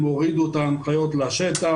הם הורידו את ההנחיות לשטח.